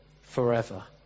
forever